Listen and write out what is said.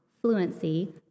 fluency